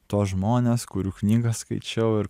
tuos žmones kurių knygas skaičiau ir